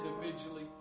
individually